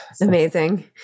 Amazing